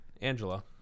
Angela